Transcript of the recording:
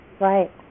Right